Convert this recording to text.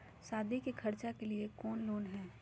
सादी के खर्चा के लिए कौनो लोन है?